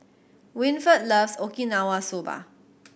Winford loves Okinawa Soba